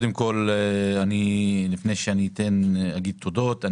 לפני שאני אגיד תודות,